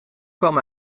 kwam